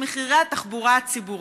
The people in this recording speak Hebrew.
מחירי התחבורה הציבורית.